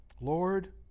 Lord